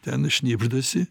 ten šnibždasi